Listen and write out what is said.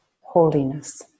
holiness